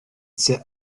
sit